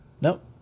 Nope